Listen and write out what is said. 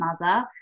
Mother